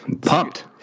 pumped